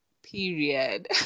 Period